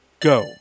Go